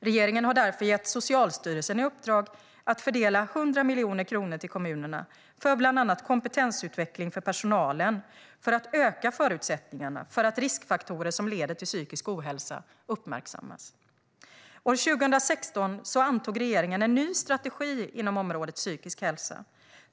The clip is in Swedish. Regeringen har därför gett Socialstyrelsen i uppdrag att i år fördela 100 miljoner kronor till kommunerna för bland annat kompetensutveckling för personalen för att öka förutsättningarna för att riskfaktorer som leder till psykisk ohälsa uppmärksammas. År 2016 antog regeringen en ny strategi inom området psykisk hälsa.